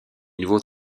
nouveaux